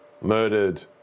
murdered